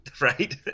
Right